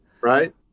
Right